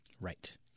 Right